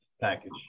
package